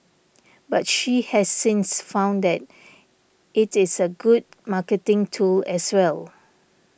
but she has since found that it is a good marketing tool as well